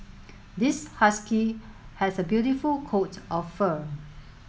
this husky has a beautiful coat of fur